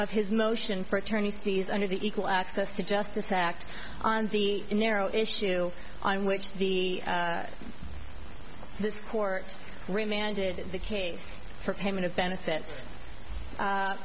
of his motion for attorney's fees under the equal access to justice act on the narrow issue on which the this court remanded the case for payment of benefits